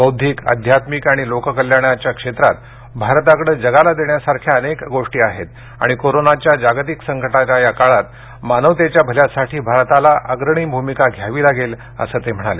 बौद्धिक अध्यात्मिक आणि लोककल्याणाच्या क्षेत्रात भारताकडे जगाला देण्यासारख्या अनेक गोष्टी आहेत आणि कोरोनाच्या जागतिक संकटाच्या या काळात मानवतेच्या भल्यासाठी भारताला अग्रणी भूमिका घ्यावी लागेल असं ते म्हणाले